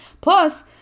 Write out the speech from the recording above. Plus